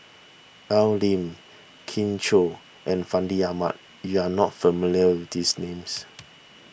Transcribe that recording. Al Lim Kin Chui and Fandi Ahmad you are not familiar with these names